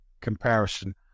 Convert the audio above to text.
comparison